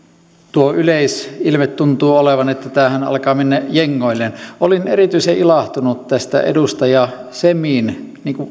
tuo yleisilme tuntuu olevan että tämähän alkaa mennä jengoilleen olin erityisen ilahtunut tästä edustaja semin